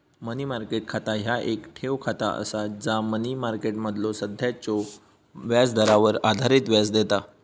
मनी market खाता ह्या येक ठेव खाता असा जा मनी मार्केटमधलो सध्याच्यो व्याजदरावर आधारित व्याज देता